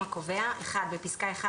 הקובע" - בפסקה (1),